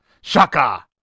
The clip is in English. Shaka